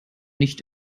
nicht